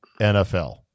NFL